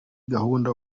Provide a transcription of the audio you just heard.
gahunda